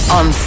on